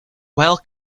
well